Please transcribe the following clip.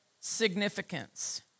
significance